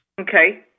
Okay